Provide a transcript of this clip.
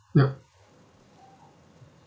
yup